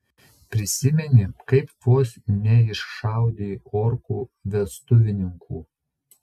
prisimeni kaip vos neiššaudei orkų vestuvininkų